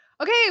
Okay